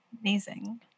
amazing